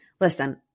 Listen